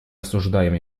осуждаем